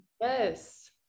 Yes